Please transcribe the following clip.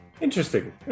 Interesting